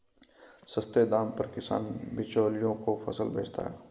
सस्ते दाम पर किसान बिचौलियों को फसल बेचता है